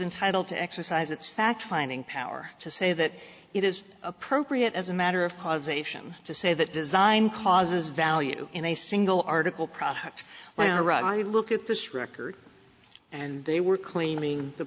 entitle to exercise its fact finding power to say that it is appropriate as a matter of causation to say that design causes value in a single article product well right i look at this record and they were cleaning the